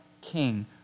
king